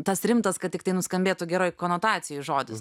tas rimtas kad tiktai nuskambėtų geroj konotacijoj žodis